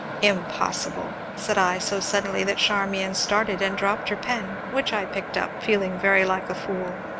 impossible! said i, so suddenly that charmian started and dropped her pen, which i picked up, feeling very like a fool.